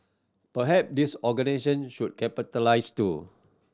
perhaps these organisation should capitalise too